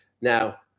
Now